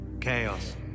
Chaos